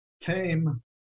came